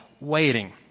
waiting